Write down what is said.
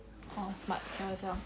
oh smart carousell